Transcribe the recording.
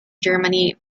germany